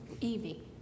Evie